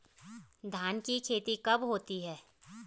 धान की खेती कब होती है?